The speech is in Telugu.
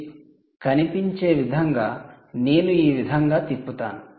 చిప్ కనిపించే విధంగా నేను ఈ విధంగా తిప్పుతాను